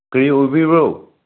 ꯀꯔꯤ ꯑꯣꯏꯕꯤꯕ꯭ꯔꯣ